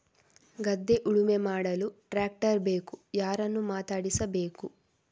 ಗದ್ಧೆ ಉಳುಮೆ ಮಾಡಲು ಟ್ರ್ಯಾಕ್ಟರ್ ಬೇಕು ಯಾರನ್ನು ಮಾತಾಡಿಸಬೇಕು?